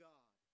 God